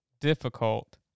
difficult